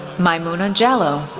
maimuna jallow,